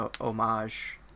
homage